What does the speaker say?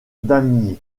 damigny